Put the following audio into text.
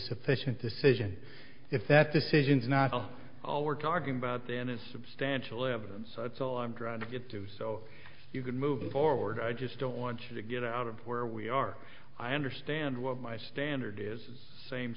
sufficient decision if that decisions not all were talking about then is substantial evidence that's all i'm trying to get to so you can move forward i just don't want you to get out of where we are i understand what my standard is